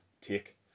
take